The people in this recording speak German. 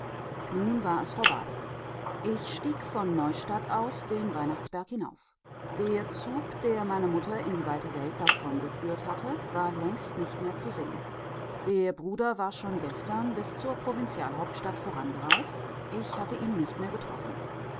nun war es vorbei ich stieg von neustadt aus den weihnachtsberg hinauf der zug der meine mutter in die weite welt davongeführt hatte war längst nicht mehr zu sehen der bruder war schon gestern bis zur provinzialhauptstadt vorangereist ich hatte ihn nicht mehr getroffen